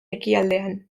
ekialdean